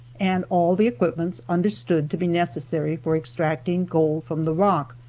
and all the equipments understood to be necessary for extracting gold from the rock,